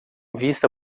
vista